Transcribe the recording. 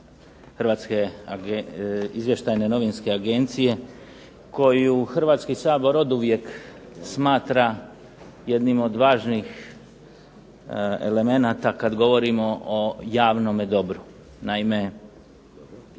Hrvatske izvještajne novinske agencije koju Hrvatski sabor oduvijek smatra jednim od važnih elemenata kad govorimo o javnome dobru. Naime,